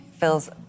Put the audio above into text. Feels